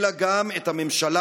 אלא גם את הממשלה,